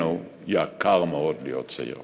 זכיתם להיות נבחרי העם.